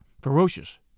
ferocious